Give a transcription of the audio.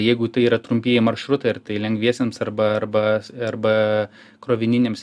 jeigu tai yra trumpieji maršrutai ar tai lengviesiems arba arba s arba krovininiams